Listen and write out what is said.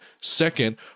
Second